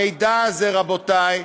המידע הזה, רבותי,